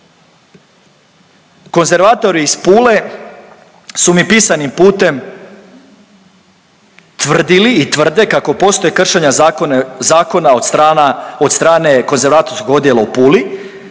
Konzervatori iz Pule su mi pisanim putem tvrdili i tvrde kako postoje kršenja zakona od strane Konzervatorskog odjela u Puli.